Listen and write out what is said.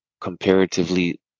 comparatively